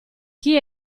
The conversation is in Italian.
chi